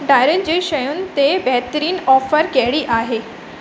डायरियूंन जूं शयूं ते बहितरीनु ऑफर कहिड़ी आहे